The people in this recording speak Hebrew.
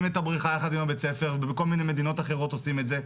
את הבריכה יחד עם הבית-ספר ובכל מיני מדינות אחרות עושים את זה?